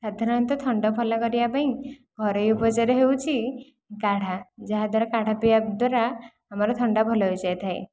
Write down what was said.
ସାଧାରଣତଃ ଥଣ୍ଡା ଭଲ କରିବା ପାଇଁ ଘରୋଇ ଉପଚାର ହେଉଛି କାଢ଼ା ଯାହାଦ୍ୱାରା କାଢ଼ା ପିଇବା ଦ୍ଵାରା ଆମର ଥଣ୍ଡା ଭଲ ହୋଇଯାଇଥାଏ